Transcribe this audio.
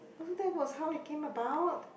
oh that was how it came about